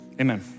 amen